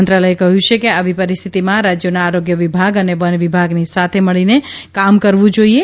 મંત્રાલયે કહ્યું છે કે આવી પરિસ્થિતીમાં રાજ્યોના આરોગ્ય વિભાગ અને વન વિભાગની સાથે મળીને કામ કરવું જોઇએ